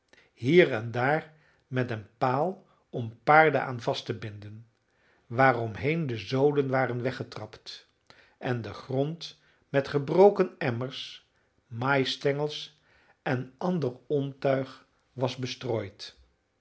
hier en daar met een paal om paarden aan vast te binden waaromheen de zoden waren weggetrapt en de grond met gebroken emmers maïsstengels en ander ontuig was bestrooid